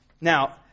Now